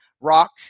rock